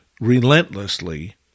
relentlessly